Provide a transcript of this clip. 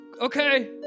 Okay